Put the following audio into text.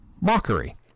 mockery